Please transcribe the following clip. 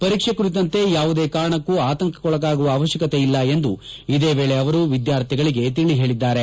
ಪರೀಕ್ಷೆ ಕುರಿತಂತೆ ಯಾವುದೇ ಕಾರಣಕ್ಕೂ ಆತಂಕಕ್ಕೊಳಗುವ ಅವಶ್ಯಕತೆ ಇಲ್ಲ ಎಂದು ಇದೇ ವೇಳೆ ಅವರು ವಿದ್ಯಾರ್ಥಿಗಳಿಗೆ ತಿಳಿ ಹೇಳಿದ್ದಾರೆ